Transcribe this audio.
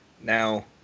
Now